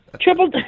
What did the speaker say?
triple